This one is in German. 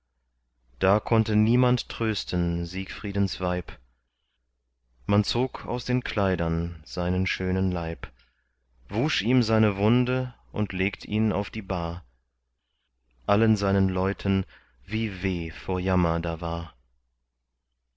da konnte niemand trösten siegfriedens weib man zog aus den kleidern seinen schönen leib wusch ihm seine wunde und legt ihn auf die bahr allen seinen leuten wie weh vor jammer da war